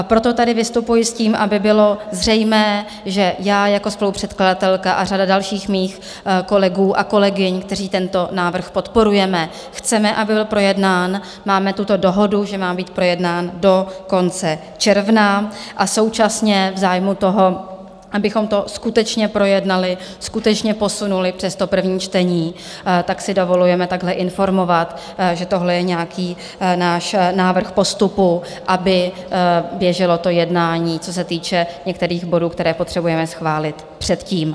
Proto tady vystupuji s tím, aby bylo zřejmé, že já jako spolupředkladatelka a řada dalších mých kolegů a kolegyň, kteří tento návrh podporujeme, chceme, aby byl projednán, máme tuto dohodu, že má být projednán do konce června, a současně v zájmu toho, abychom to skutečně projednali, skutečně posunuli přes první čtení, si dovolujeme takhle informovat, že tohle je nějaký náš návrh postupu, aby běželo to jednání, co se týče některých bodů, které potřebujeme schválit předtím.